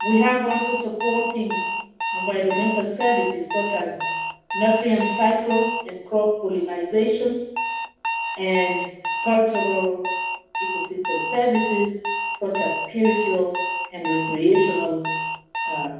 we have also supporting environmental services such as nutrient cycles and crop pollination and cultural ecosystem services such as spiritual and recreational